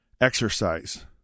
exercise